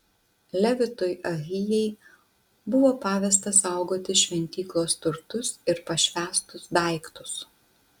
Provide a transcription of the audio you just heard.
levitui ahijai buvo pavesta saugoti šventyklos turtus ir pašvęstus daiktus